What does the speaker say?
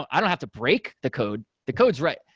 i don't have to break the code. the code's right.